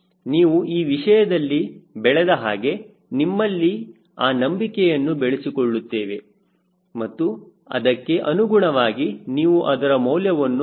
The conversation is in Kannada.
ನೀವು ಈ ವಿಷಯದಲ್ಲಿ ಬೆಳೆದ ಹಾಗೆ ನಿಮ್ಮಲ್ಲಿ ಆ ನಂಬಿಕೆಯನ್ನು ಬೆಳೆಸಿಕೊಳ್ಳುತ್ತೇವೆ ಮತ್ತು ಅದಕ್ಕೆ ಅನುಗುಣವಾಗಿ ನೀವು ಅದರ ಮೌಲ್ಯವನ್ನು ನಿರ್ಧರಿಸುತ್ತದೆ